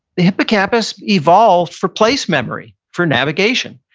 the hippocampus evolved for place memory, for navigation.